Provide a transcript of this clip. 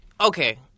okay